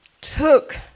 took